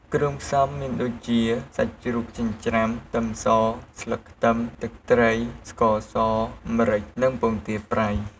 គ្រឿងផ្សំមានដូចជា សាច់ជ្រូកចិញ្ច្រាំ ខ្ទឹមស ស្លឹកខ្ទឹម ទឹកត្រី ស្ករស ម្រេច និងពងទាប្រៃ។